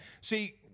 See